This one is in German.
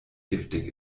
giftig